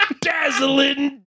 Dazzling